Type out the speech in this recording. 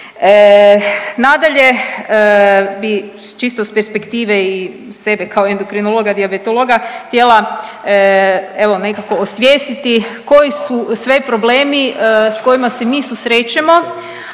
Nadalje bi čisto iz perspektive i sebe kao endokrinologa i dijabetologa htjela evo nekako osvijestiti koji su sve problemi s kojima se mi susrećemo,